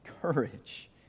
courage